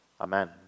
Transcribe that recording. Amen